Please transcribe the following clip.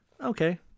Okay